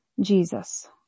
Jesus